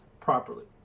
properly